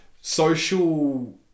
social